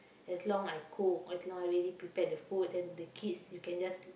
as long I cook as long I already prepare the food then the kids you can just